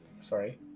Sorry